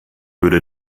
würde